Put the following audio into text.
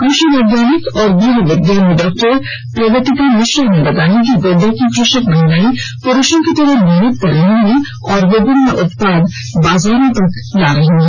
कृषि वैज्ञानिक और गृह विज्ञानी डॉ प्रगतिका मिश्रा ने बताया कि गोड्डा की कृषक महिलाएं पुरुषों की तरह मेहनत कर रही हैं और विभिन्न उत्पाद बाजारों में ला रही हैं